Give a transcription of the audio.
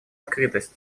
открытость